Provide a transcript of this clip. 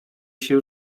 się